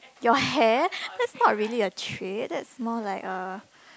your hand that's not really a trait that's more like a